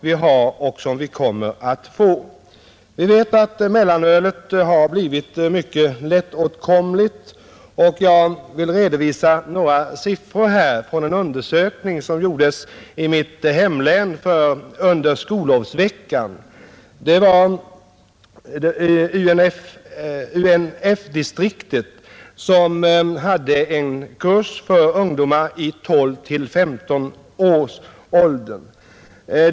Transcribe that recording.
Vi vet att mellanölet har blivit mycket lättåtkomligt, och jag skall redovisa några siffror från en undersökning som gjordes i mitt hemlän under skollovsveckan. UNF-distriktet hade en kurs för ungdomar i åldern 12—15 år.